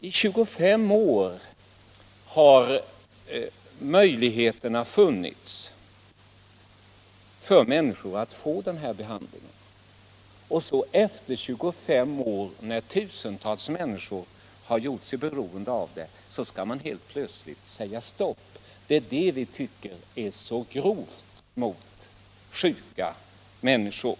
I 25 år har möjligheterna funnits för människor att få THX-behandling. Så efter 25 år, när tusentals människor har gjort sig beroende av preparatet, skall man helt plötsligt säga stopp. Det är detta vi tycker är så grovt mot sjuka människor.